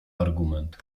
argument